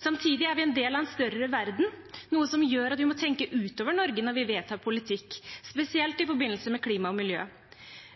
Samtidig er vi en del av en større verden, noe som gjør at vi må tenke utover Norge når vi vedtar politikk, spesielt i forbindelse med klima og miljø.